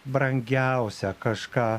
brangiausią kažką